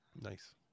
Nice